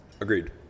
Agreed